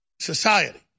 society